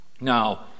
Now